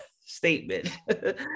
statement